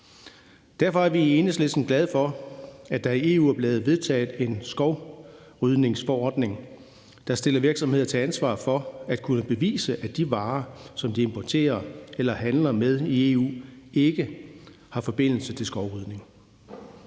Derfor er vi i Enhedslisten glade for, at der i EU er blevet vedtaget en skovrydningsforordning, der stiller virksomheder til ansvar for at kunne bevise, at de varer, som de importerer eller handler med i EU, ikke har forbindelse til skovrydning.